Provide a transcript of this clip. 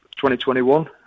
2021